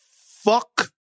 Fuck